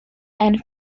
and